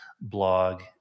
blog